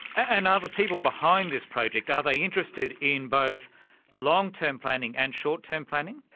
and are the people behind this project, are they interested in both long-term planning and short-term planning?